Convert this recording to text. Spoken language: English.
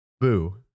Boo